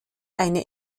eine